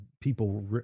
people